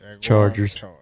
Chargers